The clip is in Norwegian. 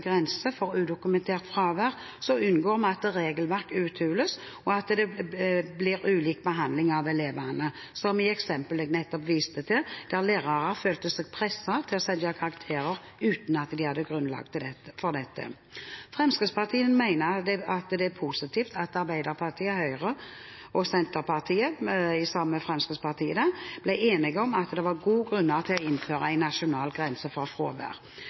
grense for udokumentert fravær unngår vi at regelverk uthules, og at det blir ulik behandling av elevene, som i eksemplet jeg nettopp viste til, der lærere følte seg presset til å sette karakterer uten at de hadde grunnlag for dette. Fremskrittspartiet mener at det er positivt at Arbeiderpartiet, Høyre og Senterpartiet sammen med Fremskrittspartiet ble enige om at det var gode grunner til å innføre en nasjonal grense for